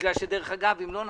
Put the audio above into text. בגלל שאם לא נעשה,